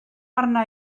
arna